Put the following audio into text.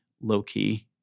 low-key